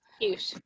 Cute